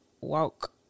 walk